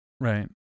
Right